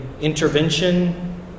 intervention